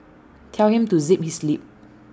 tell him to zip his lip